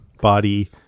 body